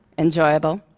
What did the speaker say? enjoyable.